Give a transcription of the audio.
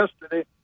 yesterday